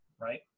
right